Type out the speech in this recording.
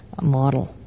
model